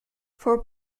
for